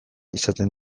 izaten